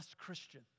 Christian